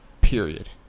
period